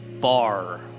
far